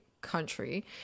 country